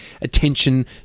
attention